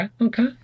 Okay